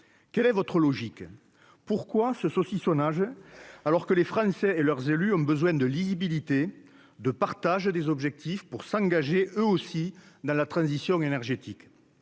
quel est votre logique, pourquoi ce saucissonnage, alors que les Français et leurs élus ont besoin de lisibilité, de partage des objectifs pour s'engager eux aussi dans la transition énergétique,